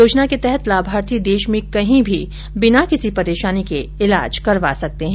योजना के तहत लाभार्थी देश में कहीं भी बिना किसी परेशानी के इलाज करवा सकते हैं